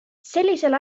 sellisel